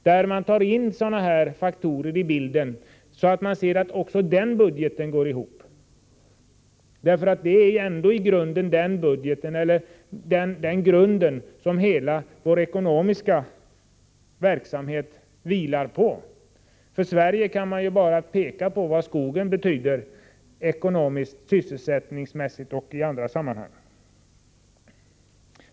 Sådana faktorer som jag här nämnt skall således tas med i bilden. Man måste se till att det går ihop även när det gäller den budgeten. Det är ändå den grunden som hela den ekonomiska verksamheten vilar på. För Sveriges del kan man bara peka på vad skogen betyder ekonomiskt, sysselsättningsmässigt och även i andra sammanhang.